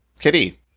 Kitty